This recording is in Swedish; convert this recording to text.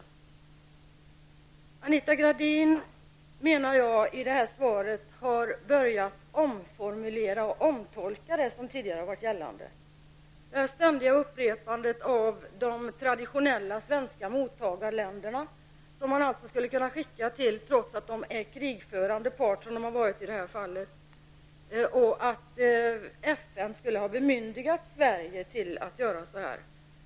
Jag menar att Anita Gradin i det här svaret har börjat omformulera och omtolka det som tidigare har varit gällande -- det ständiga upprepandet av de traditionella svenska mottagarländerna som man alltså skulle kunna skicka vapen till trots att de är krigförande part som de i detta fall har varit och att FN skulle ha bemyndigat Sverige att göra detta.